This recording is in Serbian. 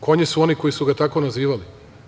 Konji su oni koji su ga tako nazivali.